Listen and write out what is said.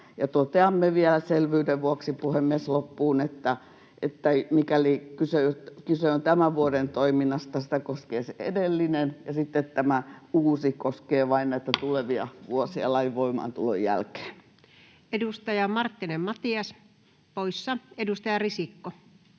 Toteamme vielä selvyyden vuoksi, puhemies, loppuun, että mikäli kyse on tämän vuoden toiminnasta, sitä koskee se edellinen, ja sitten tämä uusi koskee vain näitä tulevia vuosia lain voimaantulon jälkeen. [Speech 233] Speaker: Anu Vehviläinen